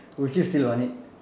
would you still want it